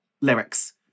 lyrics